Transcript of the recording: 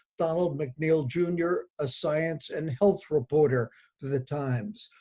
donald mcneil jr, a science and health reporter for the times.